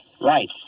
Right